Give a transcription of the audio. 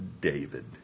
David